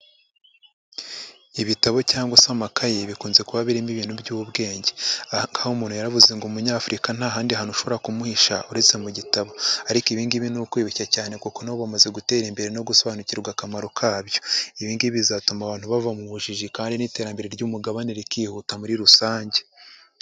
Ibitabo cyangwa se amakayi bikunze kuba birimo ibintu by'ubwenge, aha kaha umuntu yaravuze ngo umunyafurika nta handi hantu ushobora kumuhisha uretse mu gitabo, ariko ibi ngibi ni ukwibeshya cyane kuko na bo bamaze gutera imbere no gusobanukirwa akamaro kabyo, ibi ngibi bizatuma abantu bava mu bujiji kandi n'iterambere ry'umugabane rikihuta muri rusange.